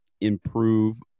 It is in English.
improve